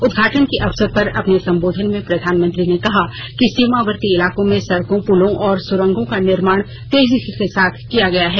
उद्घाटन के अवसर पर अपने संबोधन में प्रधानमंत्री ने कहा कि सीमावर्ती इलाकों में सड़कों पुलों और सुरंगों का निर्माण तेजी के साथ किया गया है